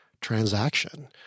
transaction